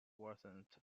worsened